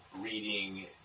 reading